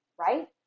right